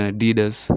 Adidas